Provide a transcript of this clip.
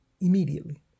immediately